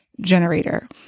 generator